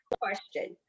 question